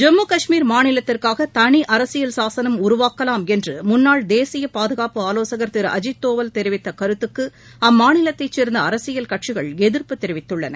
ஜம்மு கஷ்மீர் மாநிலத்திற்காக தனி அரசியல் சாசனம் உருவாக்கலாம் என்று முன்னாள் தேசிய பாதுகாப்பு ஆவோசகர் திரு அஜீத் தோவல் தெரிவித்த கருத்துக்கு அம்மாநிலத்தைச் சேர்ந்த அரசியல் கட்சிகள் எதிர்ப்பு தெரிவித்துள்ளன